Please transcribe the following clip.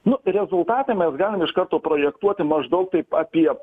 nu rezultatai mes galim iš karto projektuoti maždaug taip apie